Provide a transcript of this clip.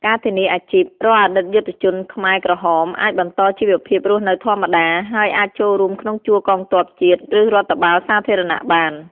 ការធានាអាជីព រាល់អតីតយុទ្ធជនខ្មែរក្រហមអាចបន្តជីវភាពរស់នៅធម្មតា ហើយអាចចូលរួមក្នុងជួរកងទ័ពជាតិ ឬរដ្ឋបាលសាធារណៈបាន។